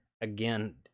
again